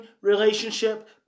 Relationship